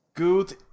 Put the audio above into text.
Good